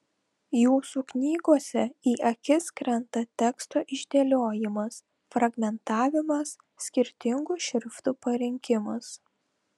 jūsų knygose į akis krenta teksto išdėliojimas fragmentavimas skirtingų šriftų parinkimas